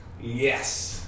Yes